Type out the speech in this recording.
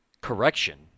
correction